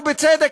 ובצדק,